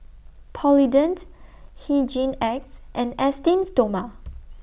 Polident Hygin X and Esteem Stoma